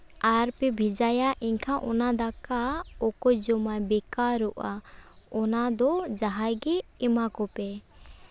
ᱟᱨ ᱯᱮ ᱵᱷᱮᱡᱟᱭᱟ ᱮᱱᱠᱷᱟᱱ ᱚᱱᱟ ᱫᱟᱠᱟ ᱚᱠᱚᱭ ᱡᱚᱢᱟ ᱵᱮᱠᱟᱨᱚᱜᱼᱟ ᱚᱱᱟ ᱫᱚ ᱡᱟᱦᱟᱸᱭ ᱜᱮ ᱮᱢᱟ ᱠᱚᱯᱮ